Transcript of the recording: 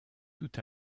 tout